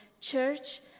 church